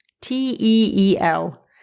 T-E-E-L